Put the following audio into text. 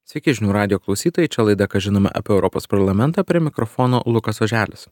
sveiki žinių radijo klausytojai čia laida ką žinome apie europos parlamentą prie mikrofono lukas oželis